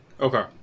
Okay